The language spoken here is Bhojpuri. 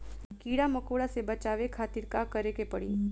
कीड़ा मकोड़ा से बचावे खातिर का करे के पड़ी?